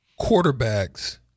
quarterbacks